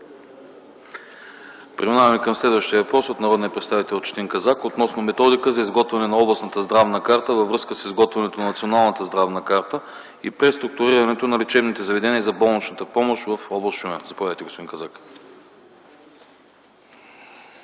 Преминаваме към следващия въпрос – от народния представител Четин Казак, относно методика за изготвяне на Областна здравна карта във връзка с изготвянето на Националната здравна карта и преструктурирането на лечебните заведения за болнична помощ в област Шумен. Заповядайте, господин Казак.